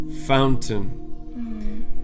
fountain